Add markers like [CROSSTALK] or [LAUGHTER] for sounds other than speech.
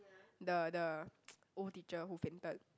the the [NOISE] old teacher who fainted